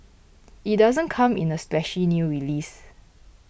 it doesn't come in a splashy new release